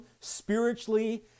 spiritually